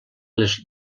les